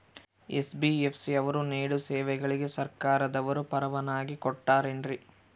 NBFC ಅವರು ನೇಡೋ ಸೇವೆಗಳಿಗೆ ಸರ್ಕಾರದವರು ಪರವಾನಗಿ ಕೊಟ್ಟಾರೇನ್ರಿ?